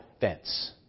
fence